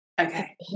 Okay